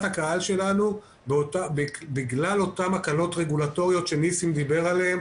הקהל שלנו בגלל אותן הקלות רגולטוריות שניסים דיבר עליהן,